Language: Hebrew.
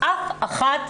אף אחד,